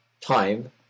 time